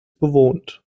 bewohnt